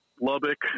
Lubbock